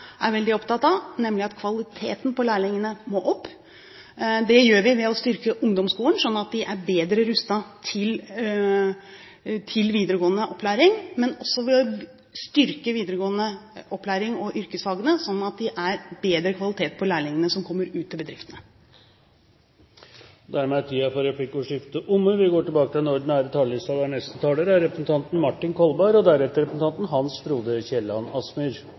Jeg er nå i dialog med partene for å få til en ny samfunnskontrakt. Der er hovedvekten på det vi konsentrerer oss om fra statens hånd, noe som også partene er veldig opptatt av, nemlig at kvaliteten på lærlingene må opp. Det gjør vi ved å styrke ungdomsskolen, slik at elevene er bedre rustet til videregående opplæring, og også ved å styrke videregående opplæring og yrkesfagene, slik at det er bedre kvalitet på lærlingene som kommer ut i bedriftene. Replikkordskiftet er omme.